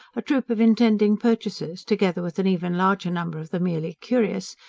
a troop of intending purchasers, together with an even larger number of the merely curious,